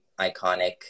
iconic